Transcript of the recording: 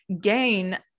gain